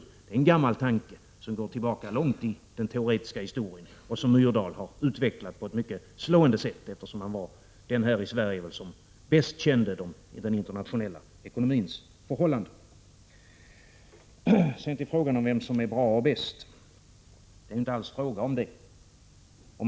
Det är en gammal tanke som går långt tillbaka i den teoretiska historien och som Myrdal utvecklat på ett mycket slående sätt, eftersom han var den här i Sverige som bäst kände den internationella ekonomins förhållanden. Sedan till frågan vem som är bra och bäst. Det är inte alls fråga om detta.